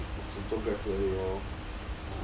我只做 GrabFood 而已 lor